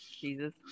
Jesus